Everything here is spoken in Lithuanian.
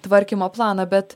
tvarkymo planą bet